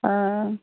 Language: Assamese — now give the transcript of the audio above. অঁ